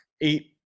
eight